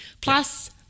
plus –